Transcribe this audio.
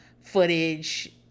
footage